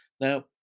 Now